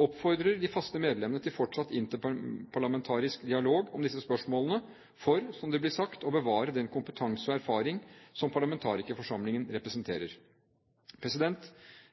oppfordrer de faste medlemmene til fortsatt interparlamentarisk dialog om disse spørsmålene, for – som det blir sagt – å bevare den kompetanse og erfaring som parlamentarikerforsamlingen representerer.